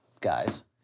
guys